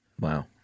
Wow